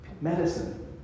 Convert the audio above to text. Medicine